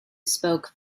spoke